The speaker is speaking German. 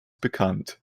bekannt